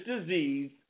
disease